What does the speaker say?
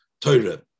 Torah